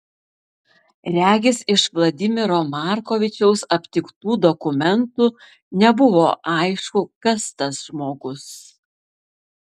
regis iš vladimiro markovičiaus aptiktų dokumentų nebuvo aišku kas tas žmogus